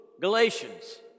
Galatians